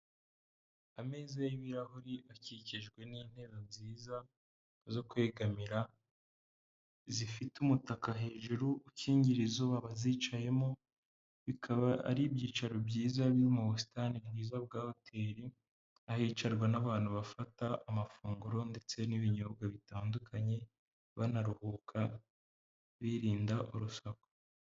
Ameza y'ibirahuri akikijwe n'intebe nziza, zo kwegamira, zifite umutaka hejuru ukingira izuba bazicayemo, bikaba ari ibyicaro byiza biri mu busitani bwiza bwa hoteli, ahicarwa n'abantu bafata amafunguro ndetse n'ibinyobwa bitandukanye, banaruhuka birinda urusaku.